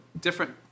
different